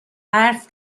حرف